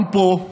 גם פה,